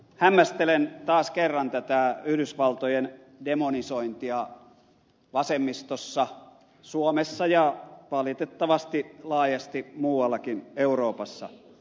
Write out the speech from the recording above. hämmästelen taas kerran tätä yhdysvaltojen demonisointia vasemmistossa suomessa ja valitettavasti laajasti muuallakin euroopassa